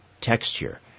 texture